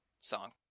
song